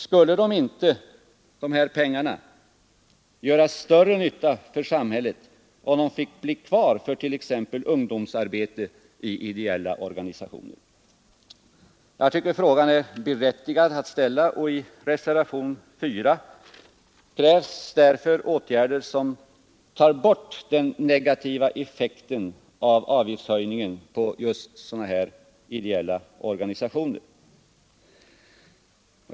Skulle inte de här pengarna göra större nytta för samhället, om de fick bli kvar för t.ex. ungdomsarbete i ideella organisationer? Jag tycker frågan är berättigad att ställa. I reservationen 4 krävs åtgärder som tar bort den negativa effekten av avgiftshöjningen på just ideella organisationer.